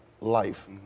life